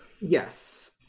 Yes